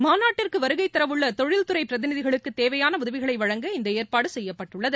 மாநாட்டிற்கு வருகை தரவுள்ள தொழில்துறை பிரதிநிதிகளுக்குத் தேவையான உதவிகளை வழங்க இந்த ஏற்பாடு செய்யப்பட்டுள்ளது